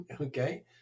Okay